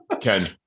Ken